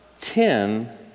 ten